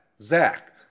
Zach